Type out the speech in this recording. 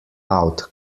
out